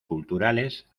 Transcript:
culturales